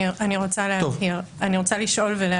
אני רוצה לשאול ולהבהיר.